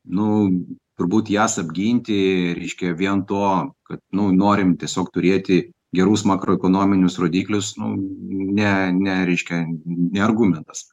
nu turbūt jas apginti reiškia vien to kad nu norim tiesiog turėti gerus makroekonominius rodiklius nu ne ne reiškia ne argumentas